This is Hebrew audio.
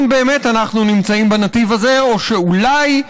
באמת אנחנו נמצאים בנתיב הזה או שאולי,